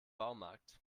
baumarkt